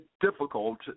difficult